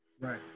Right